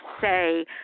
say